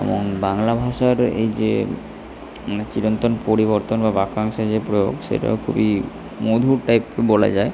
এবং বাংলা ভাষার এই যে চিরন্তন পরিবর্তন বা বাক্যাংশের যে প্রয়োগ সেটা খুবই মধুর টাইপ বলা যায়